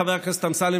חבר הכנסת אמסלם,